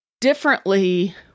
differently